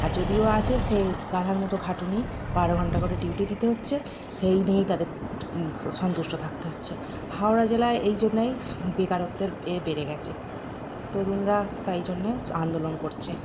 আর যদিও আছে সে গাধার মতো খাটুনি বারো ঘণ্টা করে ডিউটি দিতে হচ্ছে সেই নিয়েই তাদের স সন্তুষ্ট থাকতে হচ্ছে হাওড়া জেলায় এই জন্যই স বেকারত্বের এ বেড়ে গিয়েছে তরুণরা তাই জন্যে হচ্ছে আন্দোলন করছে